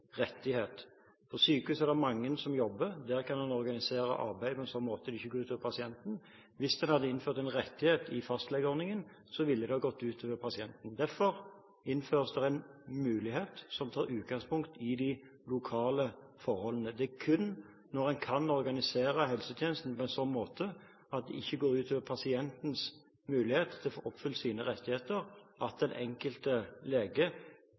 På sykehus er det mange som jobber. Der kan man organisere arbeidet på en sånn måte at det ikke går ut over pasienten. Hvis man hadde innført en rettighet i fastlegeordningen, ville det gått ut over pasienten. Derfor innføres det en mulighet som tar utgangspunkt i de lokale forholdene. Det er kun når man kan organisere helsetjenesten på en sånn måte at det ikke går ut over pasientens mulighet til å få oppfylt sine rettigheter, at den enkelte lege